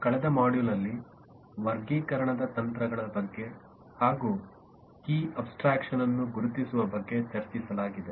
ಕಳೆದ ಮಾಡ್ಯೂಲ್ನಲ್ಲಿ ವರ್ಗೀಕರಣದ ತಂತ್ರಗಳ ಬಗ್ಗೆ ಹಾಗೂ ಕೀ ಅಬ್ಸ್ಟ್ರಾಕ್ಷನನ್ನು ಗುರುತಿಸುವ ಬಗ್ಗೆ ಚರ್ಚಿಸಲಾಗಿದೆ